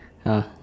ah